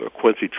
Quincy